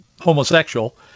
homosexual